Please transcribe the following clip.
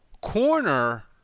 Corner